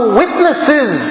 witnesses